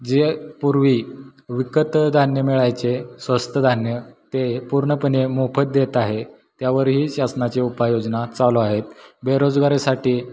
जे पूर्वी विकत धान्य मिळायचे स्वस्त धान्य ते पूर्ण पणे मोफत देत आहे त्यावरही शासनाचे उपायोजना चालू आहेत बेरोजगारीसाठी